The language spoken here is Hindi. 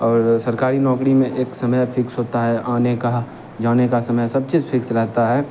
और सरकारी नौकरी में एक समय फ़िक्स होता है आने का जाने का समय सब चीज़ फिक्स रहता है